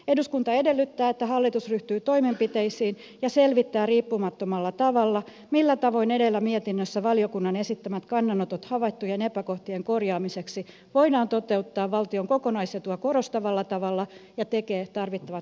eduskunta edellyttää että hallitus ryhtyy toimenpiteisiin ja selvittää riippumattomalla tavalla millä tavoin edellä mietinnössä valiokunnan esittämät kannanotot havaittujen epäkohtien korjaamiseksi voidaan toteuttaa valtion kokonaisetua korostavalla tavalla ja tekee tarvittavat muutosehdotukset